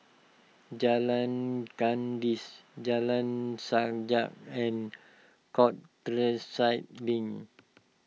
Jalan Kandis Jalan Sajak and Countryside Link